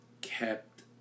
kept